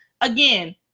again